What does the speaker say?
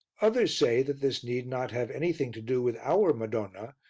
others say that this need not have anything to do with our madonna,